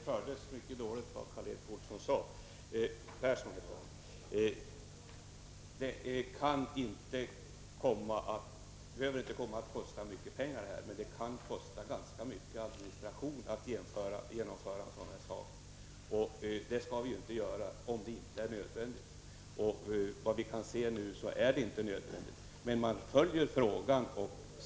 Herr talman! Att införa ett rabatteringssystem behöver inte komma att kosta mycket pengar, men det kan komma att kosta mycket i administration. Då skall vi naturligtvis inte göra det om det inte är nödvändigt, och enligt vad vi nu kan se är det inte nödvändigt. Men regeringen följer frågan.